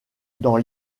dans